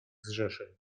zrzeszeń